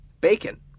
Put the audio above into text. bacon